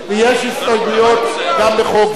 ויש הסתייגויות גם בחוק זה.